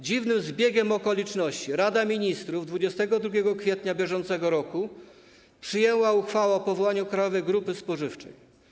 Dziwnym zbiegiem okoliczności Rada Ministrów 22 kwietnia br. przyjęła uchwałę o powołaniu Kranowej Grupy Spożywczej.